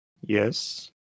Yes